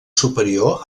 superior